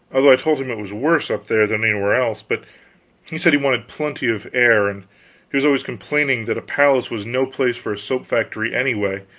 although i told him it was worse up there than anywhere else, but he said he wanted plenty of air and he was always complaining that a palace was no place for a soap factory anyway,